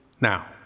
now